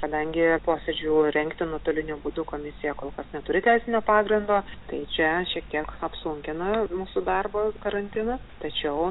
kadangi posėdžių rengti nuotoliniu būdu komisija kol kas neturi teisinio pagrindo tai čia šiek tiek apsunkina mūsų darbą karantine tačiau